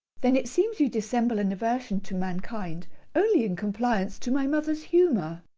then it seems you dissemble an aversion to mankind only in compliance to my mother's humour.